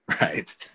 Right